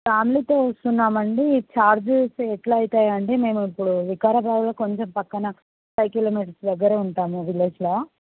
ఫ్యామిలీతో వస్తున్నాం అండి చార్జెస్ ఎట్ల అవుతాయండి మేము ఇప్పుడు వికారాబాద్లో కొంచెం పక్కన ఫైవ్ కిలోమీటర్స్ దగ్గర ఉంటాము విలేజ్లో